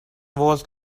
was